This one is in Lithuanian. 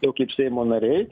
jau kaip seimo nariai